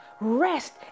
Rest